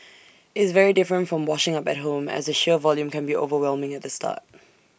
it's very different from washing up at home as the sheer volume can be overwhelming at the start